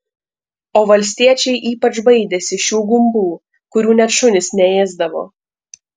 o valstiečiai ypač baidėsi šių gumbų kurių net šunys neėsdavo